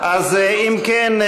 אם כן,